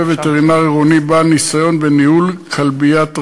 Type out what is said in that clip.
וטרינר עירוני בעל ניסיון בניהול כלביית רשות,